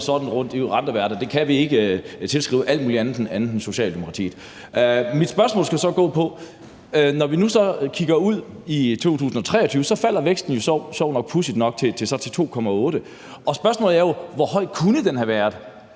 sådan ud rundtom i verden. Det kan vi ikke tilskrive alt muligt andet end Socialdemokratiet. Mit spørgsmål skal gå på væksten i 2023. Når vi kigger på 2023, falder væksten pudsigt nok til 2,8 pct., og spørgsmålet er, hvor høj den kunne have været.